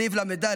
סעיף ל"ד: